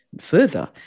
Further